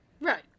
Right